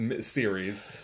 series